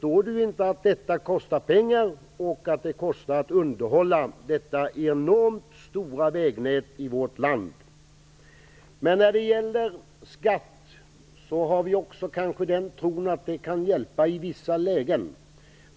Det kostar ju pengar att underhålla det enormt stora vägnätet i vårt land. När det gäller skatt har vi kanske också tron att det kan hjälpa i vissa lägen.